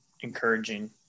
encouraging